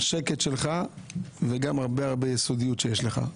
השקט שלך וגם הרבה יסודיות שיש לך.